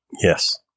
Yes